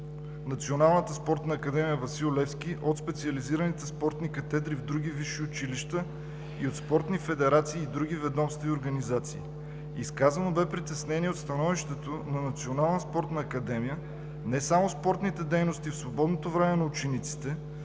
Националната спортна академия „Васил Левски“, от специализираните спортни катедри в други висши училища и от спортни федерации и други ведомства и организации. Изказано бе притеснение от становището на Национална спортна академия не само спортните дейности в свободното време на учениците,